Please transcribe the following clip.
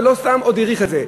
ולא סתם, עוד האריך את זה.